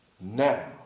now